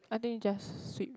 I think just sweep